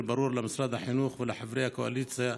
ברור למשרד החינוך ולחברי הקואליציה: